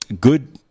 good